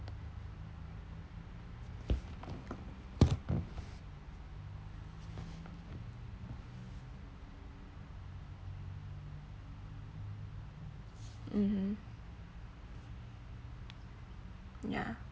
mmhmm yeah